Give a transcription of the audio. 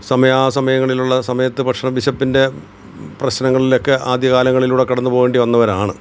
സമയാസമയങ്ങളിലുള്ള സമയത്ത് ഭക്ഷണം വിശപ്പിൻ്റെ പ്രശ്നങ്ങളിലൊക്കെ ആദ്യകാലങ്ങളിലൂടെ കടന്നുപോവേണ്ടി വന്നവരാണ്